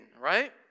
right